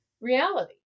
reality